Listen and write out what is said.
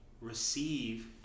receive